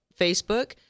facebook